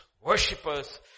worshippers